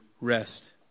rest